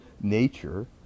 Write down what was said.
nature